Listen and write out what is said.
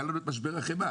היה לנו את משבר החמאה,